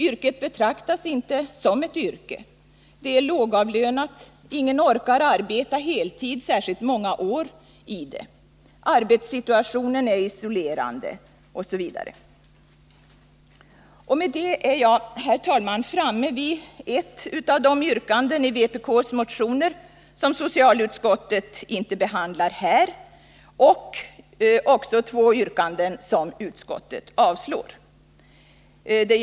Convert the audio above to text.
Yrket betraktas inte som ett yrke, det är lågavlönat, ingen orkar arbeta heltid särskilt många år i det, arbetssituationen är isolerande osv. Härmed är jag framme vid ett av de yrkanden i vpk:s motioner som socialutskottet inte har behandlat här och vid två yrkanden som socialutskottet har avstyrkt.